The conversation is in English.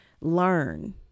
learn